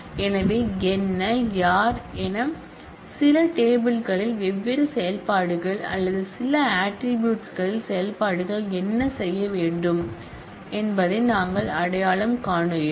எனவே என்ன யார் எனவே சில டேபிள் களில் வெவ்வேறு செயல்பாடுகள் அல்லது சில ஆட்ரிபூட்ஸ் களில் செயல்பாடுகள் என்ன செய்ய வேண்டும் என்பதை நாங்கள் அடையாளம் காண்கிறோம்